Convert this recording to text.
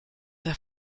der